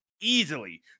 Easily